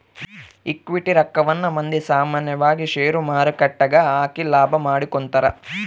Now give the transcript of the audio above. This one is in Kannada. ಈಕ್ವಿಟಿ ರಕ್ಕವನ್ನ ಮಂದಿ ಸಾಮಾನ್ಯವಾಗಿ ಷೇರುಮಾರುಕಟ್ಟೆಗ ಹಾಕಿ ಲಾಭ ಮಾಡಿಕೊಂತರ